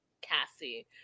cassie